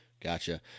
Gotcha